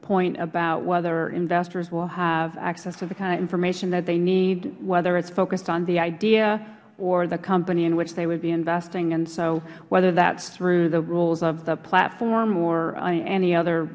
point about whether investors will have access to the kind of information that they need whether it is focused on the idea or the company in which they would be investing and so whether that is through the rules of the platform or any other